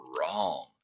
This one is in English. wrong